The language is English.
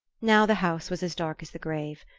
now the house was as dark as the grave,